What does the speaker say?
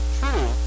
true